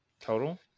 Total